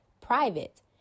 private